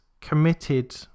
committed